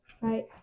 right